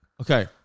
Okay